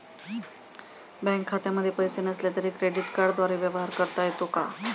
Bank खात्यामध्ये पैसे नसले तरी क्रेडिट कार्डद्वारे व्यवहार करता येतो का?